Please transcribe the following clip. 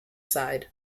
side